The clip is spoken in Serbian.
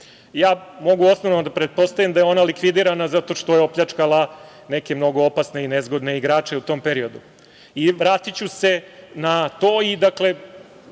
ja mogu osnovno da pretpostavim da je ona likvidirana zato što je opljačkala neke mnogo opasne i nezgodne igrače u tom periodu. Vratiću se na to i, dakle,